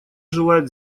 желает